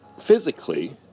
physically